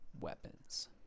weapons